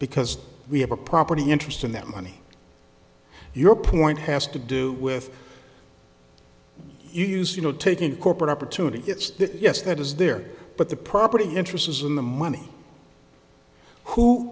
because we have a property interest in that money your point has to do with you use you know taking a corporate opportunity it's yes that is there but the property interest is in the money who